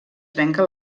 trenca